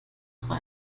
drei